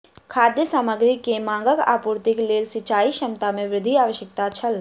खाद्य पदार्थ के मांगक आपूर्तिक लेल सिचाई क्षमता में वृद्धि आवश्यक छल